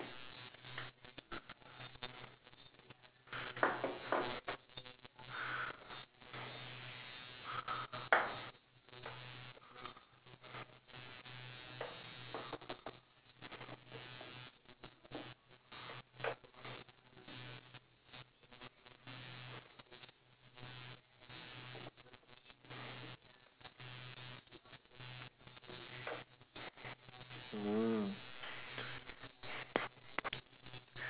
mm